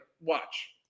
watch